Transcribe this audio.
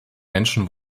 menschen